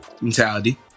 Mentality